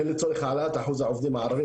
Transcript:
הן לצורך העלאת אחוז העובדים הערבים